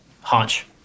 haunch